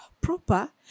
proper